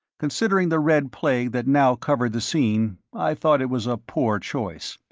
considering the red plague that now covered the scene, i thought it was a poor choice.